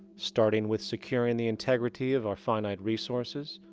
starting with securing the integrity of our finite resources,